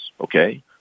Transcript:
okay